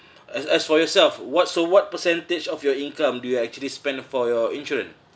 as as for yourself what so what percentage of your income do you actually spend for your insurance